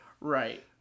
Right